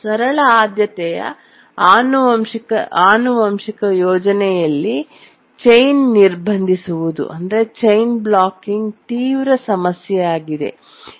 ಸರಳ ಆದ್ಯತೆಯ ಆನುವಂಶಿಕ ಯೋಜನೆಯಲ್ಲಿ ಚೈನ್ ನಿರ್ಬಂಧಿಸುವುದು ಚೈನ್ ಬ್ಲಾಕಿಂಗ್ ತೀವ್ರ ಸಮಸ್ಯೆಯಾಗಿದೆ